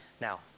Now